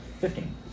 Fifteen